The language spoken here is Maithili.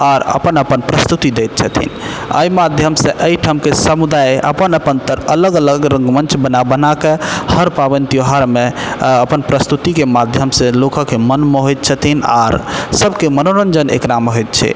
आर अपन अपन प्रस्तुति दैत छथिन एहि माध्यम से एहि ठामके समुदाय अपन अपन तरफ अलग अलग रंगमंच बना बनाके हर पावनि त्यौहारमे अपन प्रस्तुतिके माध्यम से लोकक मन मोहैत छथिन आर सबके मनोरञ्जन एकरामे होइत छै